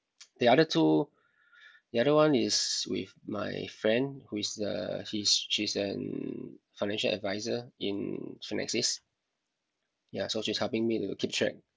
the other two the other one is with my friend who is uh he's she's an financial advisor in finexis ya so she's helping me to keep track